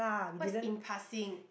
what's impassing